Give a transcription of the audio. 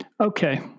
Okay